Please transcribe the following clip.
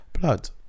Blood